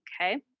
Okay